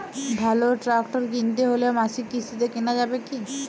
ভালো ট্রাক্টর কিনতে হলে মাসিক কিস্তিতে কেনা যাবে কি?